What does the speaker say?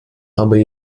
aber